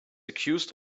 accused